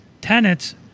tenants